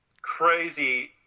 crazy